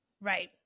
Right